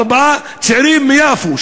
ארבעה צעירים מיפו,